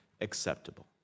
acceptable